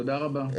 תודה רבה.